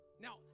Now